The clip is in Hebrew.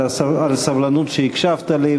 על הסבלנות שבה הקשבת לי,